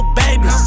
baby